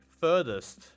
furthest